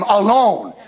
alone